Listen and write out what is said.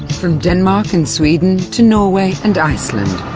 from denmark and sweden to norway and iceland,